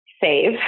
save